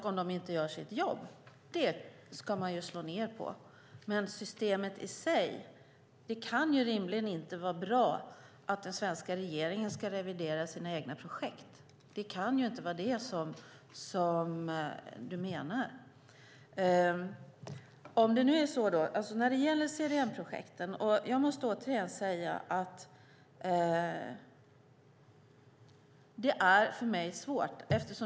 Om de inte gör sitt jobb ska man slå ned på det. Det kan ju inte vara bra att den svenska regeringen ska revidera sina egna projekt. Det kan väl inte vara det du menar?